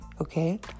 okay